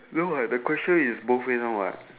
no what the question is both meh no what